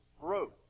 growth